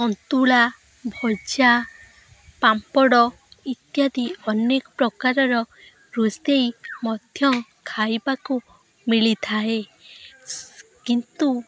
ସନ୍ତୁଳା ଭଜା ପାମ୍ପଡ଼ ଇତ୍ୟାଦି ଅନେକ ପ୍ରକାରର ରୋଷେଇ ମଧ୍ୟ ଖାଇବାକୁ ମିଳିଥାଏ କିନ୍ତୁ